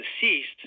deceased